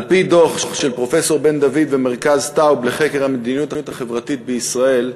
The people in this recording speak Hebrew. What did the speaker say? על-פי דוח של פרופסור בן-דוד ממרכז טאוב לחקר המדיניות החברתית בישראל,